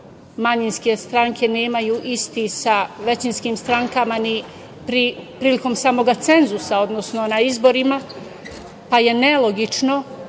manjinske stranke nemaju isti sa većinskim strankama ni prilikom samoga cenzusa, odnosno na izborima, pa je nelogično